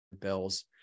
bills